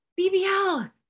BBL